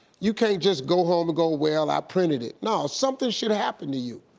you can't just go home go where that printed it. no, something should happen to you.